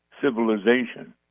civilization